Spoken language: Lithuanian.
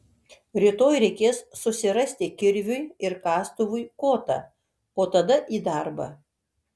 rytoj reikės susirasti kirviui ir kastuvui kotą o tada į darbą